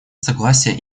согласия